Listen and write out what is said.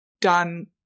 done